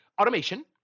automation